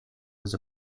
was